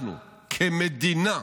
אנחנו, כמדינה,